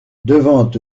devant